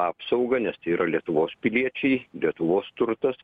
apsauga nes tai yra lietuvos piliečiai lietuvos turtas